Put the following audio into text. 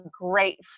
great